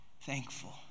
thankful